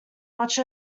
much